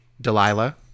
Delilah